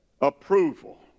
Approval